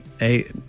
eight